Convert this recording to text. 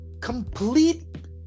Complete